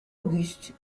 auguste